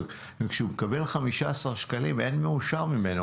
וכשהוא מקבל 15 שקלים, אין מאושר ממנו.